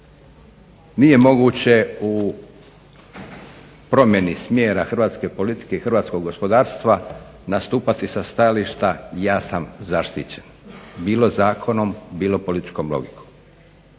Nije moguće u promjeni smjera hrvatske politike i hrvatskog gospodarstva nastupati sa stajališta ja sam zaštićen, bilo zakonom bilo političkom logikom.